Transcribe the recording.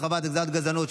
הרחבת הגדרת הגזענות),